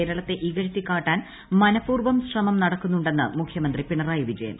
കേരളത്തെ ഇകഴ്ത്തി കാട്ടാൻ മനഃപൂർവം ശ്രമം നടക്കുന്നുണ്ടെന്ന് മുഖ്യമന്ത്രി പിണറായി വിജയൻ